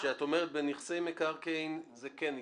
כשאת אומרת "בנכסי מקרקעין" זה כן נקרא?